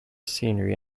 scenery